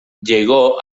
llegó